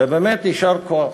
ובאמת יישר כוח.